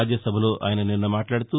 రాజ్యసభలో ఆయన నిన్న మాట్లాడుతూ